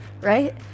right